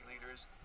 leaders